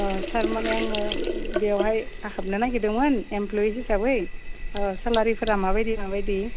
औ सार माने आङो बेवहाय हाबनो नागिरदोंमोन एमप्ल'यि हिसाबै सेलारिफोरा माबायदि माबायदि